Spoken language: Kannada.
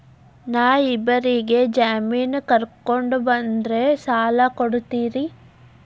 ನಾ ಇಬ್ಬರಿಗೆ ಜಾಮಿನ್ ಕರ್ಕೊಂಡ್ ಬಂದ್ರ ಸಾಲ ಕೊಡ್ತೇರಿ?